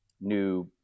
new